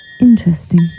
Interesting